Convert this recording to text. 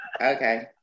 Okay